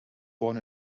born